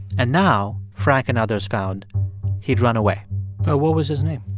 and now, frank and others found he'd run away what was his name?